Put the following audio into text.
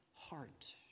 Heart